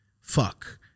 fuck